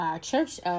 church